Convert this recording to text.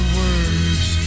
words